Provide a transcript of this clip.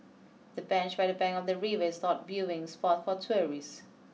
the bench by the bank of the river is hot viewing spot for tourists